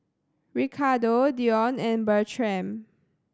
Ricardo Dion and Bertram